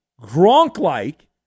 Gronk-like